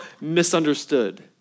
misunderstood